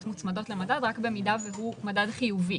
ההשקעה אבל לא כוללת בתוכה את דמי הניהול של